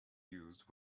used